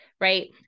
right